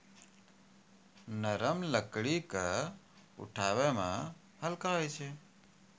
नरम लकड़ी क उठावै मे हल्का होय छै